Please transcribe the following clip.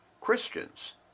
Christians